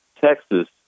Texas